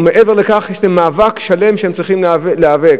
ומעבר לכך יש להם מאבק שלם שהם צריכים להיאבק.